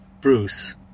Bruce